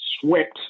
swept